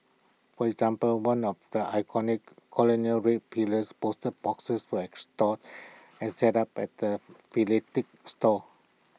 for example one of the iconic colonial red pillars post boxes was and set up at the store